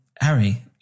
Harry